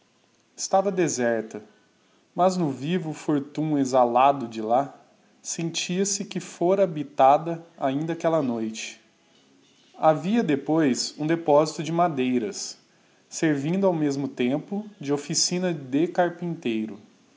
estava deserta mas no vivo fortum exhalado de lá rentia se que fora habitada ainda aquella noite havia depois ura deposito de madeiras servindo ao mesmo tempo de oficina de carpinteiro